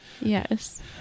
Yes